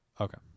Okay